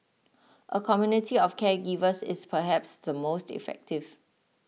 a community of caregivers is perhaps the most effective